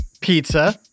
pizza